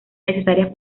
necesarias